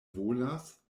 volas